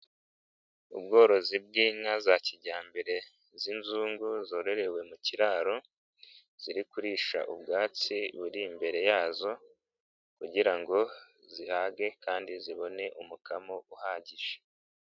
Ubworozi bw'inka za kijyambere z'inzungu zororewe mu kiraro, ziri kurisha ubwatsi buri imbere yazo, kugira ngo zihage kandi zibone umukamo uhagije.